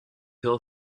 hill